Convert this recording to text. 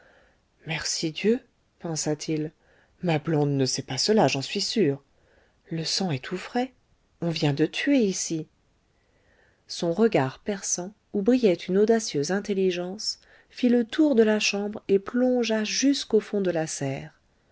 merci dieu pensa-t-il ma blonde ne sait pas cela j'en suis sûr le sang est tout frais ou vient de tuer ici son regard perçant où brillait une audacieuse intelligence fit le tour de la chambre et plongea jusqu'au fond de la serre